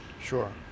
Sure